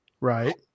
Right